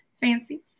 Fancy